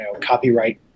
copyright